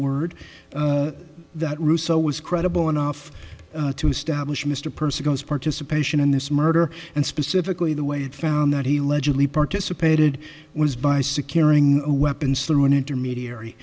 word that russo was credible enough to establish mr percy goes participation in this murder and specifically the way it found that he legibly participated was by securing a weapons through an intermediary